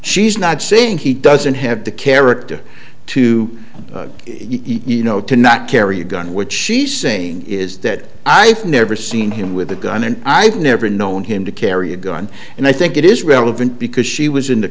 she's not saying he doesn't have the character to you know to not carry a gun which she's saying is that i've never seen him with a gun and i've never known him to carry a gun and i think it is relevant because she was in the